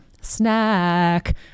snack